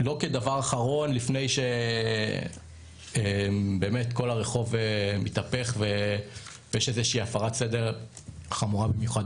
כדבר אחרון לפני שכל הרחוב מתהפך ויש איזה שהיא הפרת סדר חמורה במיוחד,